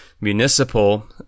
municipal